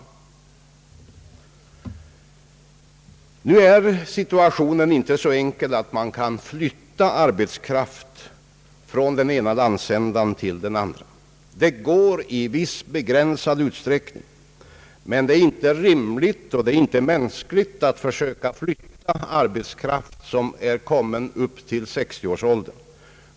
Nu är situationen inte så enkel att man kan flytta arbetskraft från den ena landsändan till den andra. Det går i viss hegränsad utsträckning, men det är inte rimligt och mänskligt att försöka flytta arbetskraft som kommit upp i 60-årsåldern.